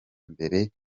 mbere